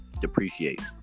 depreciates